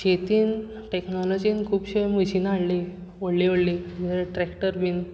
शेतीन टॅक्नोलोजीन खूबशीं मशिनां हाडलीं व्हडले व्हडले ट्रॅक्टर बीन